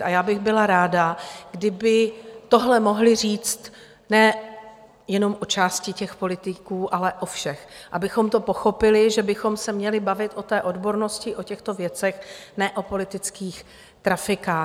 A já bych byla ráda, kdyby tohle mohli říct nejenom o části politiků, ale o všech, abychom pochopili, že bychom se měli bavit o odbornosti, o těchto věcech, ne o politických trafikách.